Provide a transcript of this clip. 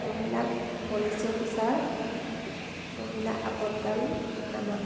মহিলা police officer মহিলা আপদকাল নামা